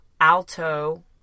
alto